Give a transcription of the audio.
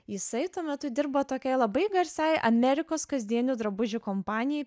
jisai tuo metu dirbo tokiai labai garsiai amerikos kasdienių drabužių kompanijai